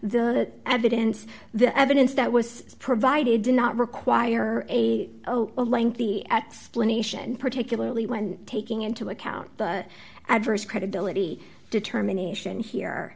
the evidence the evidence that was provided did not require a lengthy explanation particularly when taking into account the adverse credibility determination here